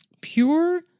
pure